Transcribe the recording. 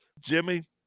Jimmy